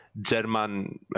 German